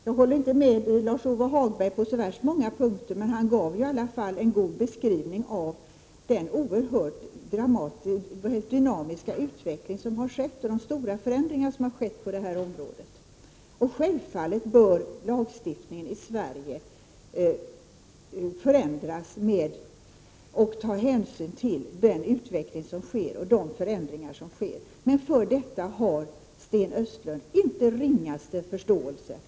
Jag håller inte med Lars-Ove Hagberg på så värst många punkter, men han gav i alla fall en god beskrivning av den oerhört dynamiska utveckling som har skett och de stora förändringar som har skett på detta område. Självfallet bör lagstiftningen i Sverige förändras med hänsyn till den utveckling och de förändringar som sker. Men för detta har Sten Östlund inte den ringaste förståelse.